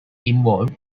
involved